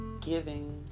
giving